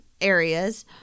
areas